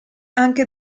anche